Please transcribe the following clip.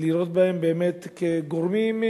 לראות בהם באמת כגורמים,